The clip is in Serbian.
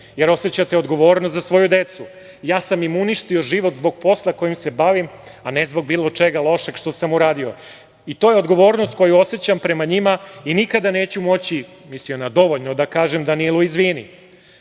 jer osećate odgovornost za svoju decu. Ja sam im uništio život zbog posla kojim se bavim, a ne zbog bilo čega lošeg što sam uradio. To je odgovornost koju osećam prema njima i nikada neću moći“, mislio je na dovoljno, „da kažem Danilu – izvini“,